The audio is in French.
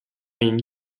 une